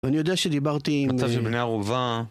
אני יודע שדיברתי עם... המצב שבני ערובה...